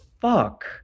fuck